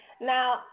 Now